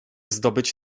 zdobyć